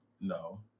No